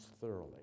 thoroughly